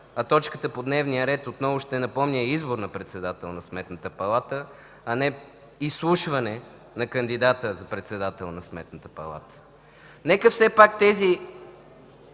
а точката по дневния ред отново ще напомня „избор на председател на Сметната палата”, а не „изслушване на кандидата за председател на Сметната палата”. Нека все пак по тези